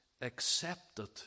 accepted